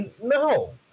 no